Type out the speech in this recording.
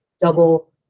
double